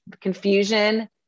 confusion